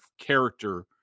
character